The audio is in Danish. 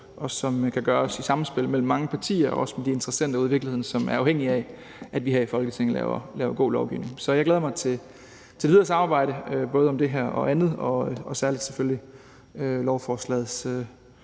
og som kan gøres i samspil mellem mange partier og også med de interessenter ude i virkeligheden, som er afhængige af, at vi her i Folketinget laver god lovgivning. Så jeg glæder mig til det videre samarbejde, både om det her og andet, og selvfølgelig særlig om lovforslagets